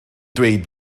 dweud